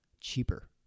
cheaper